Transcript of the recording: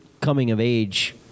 coming-of-age